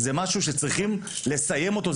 זה משהו שצריכים לסיים אותו,